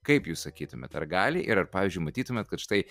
kaip jūs sakytumėt ar gali ir ar pavyzdžiui matytumėt kad štai